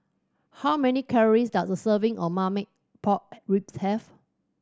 how many calories does a serving of Marmite Pork Ribs have